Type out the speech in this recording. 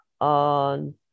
on